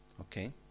Okay